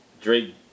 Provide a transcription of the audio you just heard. Drake